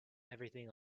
everything